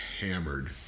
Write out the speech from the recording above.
hammered